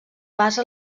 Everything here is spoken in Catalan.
basa